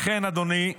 לכן, אדוני,